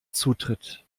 zutritt